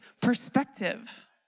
perspective